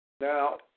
Now